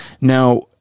Now